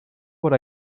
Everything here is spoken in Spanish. por